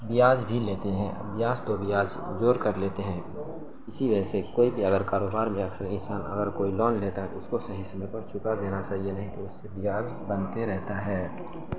بیاج بھی لیتے ہیں بیاج تو بیاج جور کر لیتے ہیں اسی وجہ سے کوئی بھی اگر کاروبار میں اکثر انسان اگر کوئی لون لیتا ہے تو اس کو صحیح سمے پر چکا دینا چاہیے نہیں تو اس سے بیاج بنتے رہتا ہے